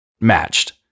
matched